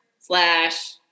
slash